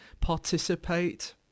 participate